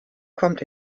kommt